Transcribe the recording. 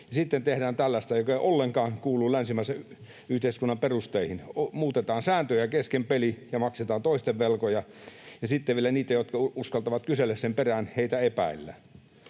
sitten tehdään tällaista, joka ei ollenkaan kuulu länsimaisen yhteiskunnan perusteisiin: muutetaan sääntöjä kesken pelin ja maksetaan toisten velkoja, ja sitten vielä niitä, jotka uskaltavat kysellä sen perään, epäillään.